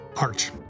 Arch